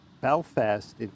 belfast